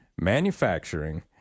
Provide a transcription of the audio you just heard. manufacturing